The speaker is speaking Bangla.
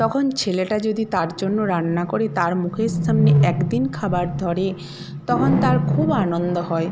তখন ছেলেটা যদি তার জন্য রান্না করে তার মুখের সামনে এক দিন খাবার ধরে তখন তার খুব আনন্দ হয়